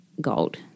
gold